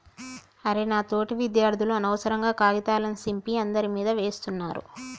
అరె నా తోటి విద్యార్థులు అనవసరంగా కాగితాల సింపి అందరి మీదా వేస్తున్నారు